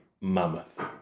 mammoth